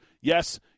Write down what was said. yes